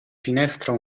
finestra